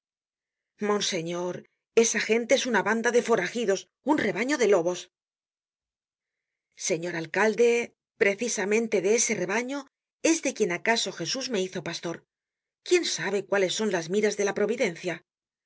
monseñor esa gente es una banda de foragidos un rebaño de lobos señor alcalde precisamente de ese rebaño es de quien acaso jesús me hizo pastor quién sabe cuáles son las miras de la providencia